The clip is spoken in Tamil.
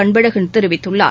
அன்பழகன் தெரிவித்துள்ளார்